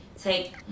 Take